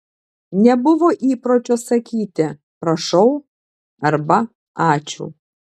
nebuvo įpročio sakyti prašau arba ačiū